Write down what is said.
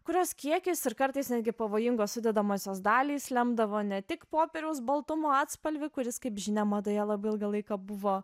kurios kiekis ir kartais netgi pavojingos sudedamosios dalys lemdavo ne tik popieriaus baltumo atspalvį kuris kaip žinia madoje labai ilgą laiką buvo